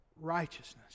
righteousness